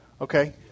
Okay